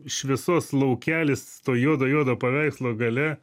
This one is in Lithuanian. šviesos laukelis to juodo juodo paveikslo gale